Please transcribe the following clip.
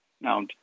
Now